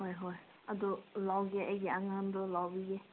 ꯍꯣꯏ ꯍꯣꯏ ꯑꯗꯣ ꯂꯧꯒꯦ ꯑꯩꯒꯤ ꯑꯉꯥꯡꯗꯣ ꯂꯧꯕꯤꯒꯦ